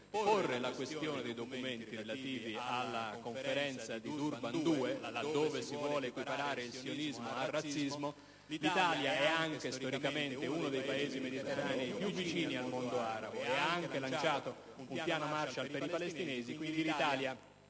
porre la questione dei documenti relativi alla Conferenza di Durban 2, laddove si vuole equiparare il sionismo al razzismo. Inoltre, l'Italia è storicamente uno dei Paesi del Mediterraneo più vicini al mondo arabo, tanto da avere anche lanciato un piano Marshall in favore dei palestinesi. Quindi, l'Italia